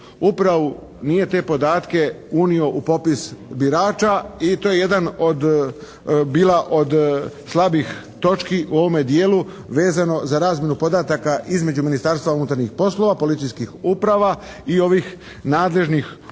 upravu nije te podatke unio u popis birača i to je jedan od bila od slabih točki u ovome dijelu vezano za razmjenu podataka između Ministarstva unutarnjih poslova, Policijskih uprava i ovih nadležnih